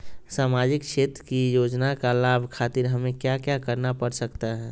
सामाजिक क्षेत्र की योजनाओं का लाभ खातिर हमें क्या क्या करना पड़ सकता है?